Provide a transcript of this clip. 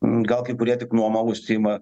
gal kai kurie tik nuoma užsiima